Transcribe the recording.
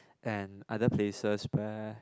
and other places where